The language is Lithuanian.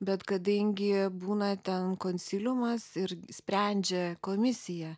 bet kadangi būna ten konsiliumas ir sprendžia komisija